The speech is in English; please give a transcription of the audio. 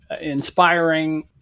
inspiring